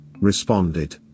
responded